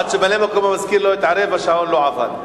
עד שממלא-מקום המזכירה לא התערב, השעון לא עבד.